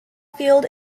field